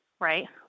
right